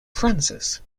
francis